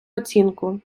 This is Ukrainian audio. оцінку